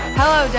hello